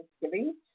Thanksgiving